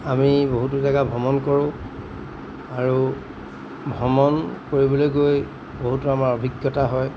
আমি বহুতো জেগা ভ্ৰমণ কৰোঁ আৰু ভ্ৰমণ কৰিবলৈ গৈ বহুতো আমাৰ অভিজ্ঞতা হয়